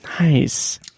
Nice